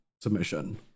submission